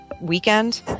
weekend